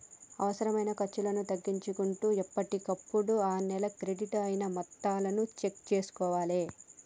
అనవసరమైన ఖర్చులను తగ్గించుకుంటూ ఎప్పటికప్పుడు ఆ నెల క్రెడిట్ అయిన మొత్తాలను చెక్ చేసుకోవాలే